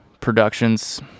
productions